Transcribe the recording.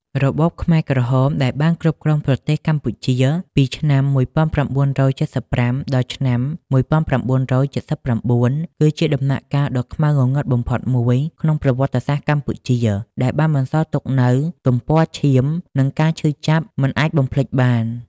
របបខ្មែរក្រហមដែលបានគ្រប់គ្រងប្រទេសកម្ពុជាពីឆ្នាំ១៩៧៥ ដល់ឆ្នាំ១៩៧៩ គឺជាដំណាក់កាលដ៏ខ្មៅងងឹតបំផុតមួយក្នុងប្រវត្តិសាស្ត្រកម្ពុជា ដែលបានបន្សល់ទុកនូវទំព័រឈាម និងការឈឺចាប់មិនអាចបំភ្លេចបាន។